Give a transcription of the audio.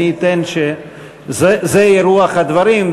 מי ייתן שזו תהיה רוח הדברים,